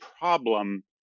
problem